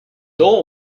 dol